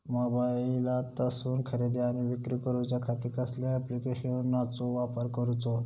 मोबाईलातसून खरेदी आणि विक्री करूच्या खाती कसल्या ॲप्लिकेशनाचो वापर करूचो?